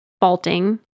faulting